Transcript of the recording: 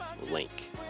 link